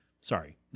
sorry